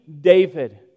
David